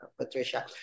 Patricia